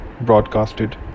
broadcasted